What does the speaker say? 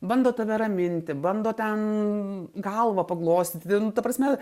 bando tave raminti bando ten galvą paglostyti nu ta prasme